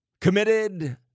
committed